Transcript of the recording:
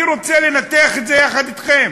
אני רוצה לנתח את זה יחד אתכם,